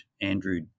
Andrew